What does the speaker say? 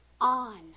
on